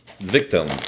Victim